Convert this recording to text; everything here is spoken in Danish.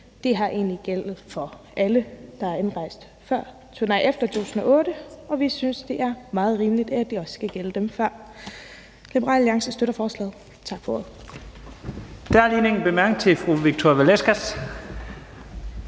Det har egentlig gældt for alle, der er indrejst efter 2008, og vi synes, det er meget rimeligt, at det også skal gælde dem, der er indrejst før. Liberal Alliance støtter forslaget. Tak for ordet. Kl. 12:38 Første næstformand